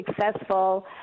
successful